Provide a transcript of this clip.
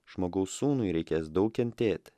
žmogaus sūnui reikės daug kentėti